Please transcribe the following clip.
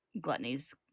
Gluttony's